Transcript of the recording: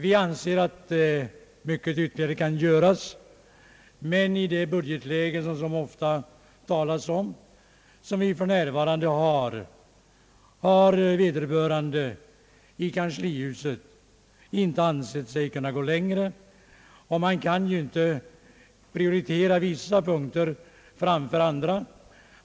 Vi anser att mycket ytterligare kan göras, men i det budgetläge, som det här ofta talats om och som vi för närvarande befinner oss i, har vederbörande i kanslihuset icke ansett sig kunna gå längre. Man kan inte prioritera vissa punkter framför andra.